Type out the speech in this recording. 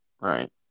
Right